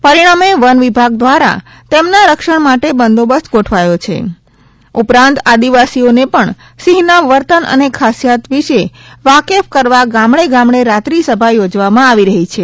પરિણામે વન વિભાગ દ્વારા તેમના રક્ષણ માટે બંદોબસ્ત ગોઠવ્યો છે ઉપરાંત ગ્રામવાસીઓને પણ સિંહના વર્તન અને ખાસિયત વિષે વાકેફ કરવા ગામડે ગામડે રાત્રિ સભા યોજવામાં આવી રહી છે